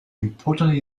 important